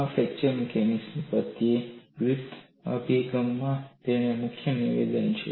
આ fracture mechanics પ્રત્યે ગ્રિફિથના અભિગમમાં તેનું મુખ્ય નિવેદન છે